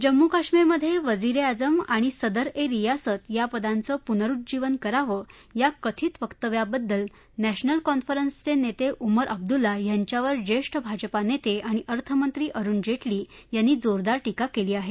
जम्मू कश्मीरमधे वजीरे आजम आणि सदर ए रियासत या पदांचं पुनरुज्जीवन करावं या कथित वक्तव्याबद्दल नॅशनल कॉन्फरन्सचे नेते उमर अब्दुल्ला यांच्यावर ज्येष्ठ भाजपा नेते आणि अर्थमंत्री अरुण जेटली यांनी जोरदार टीका केली आहे